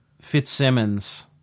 Fitzsimmons